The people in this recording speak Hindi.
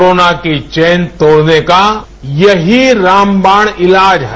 कोरोना की चेन तोड़ने का यही रामबाण इलाज है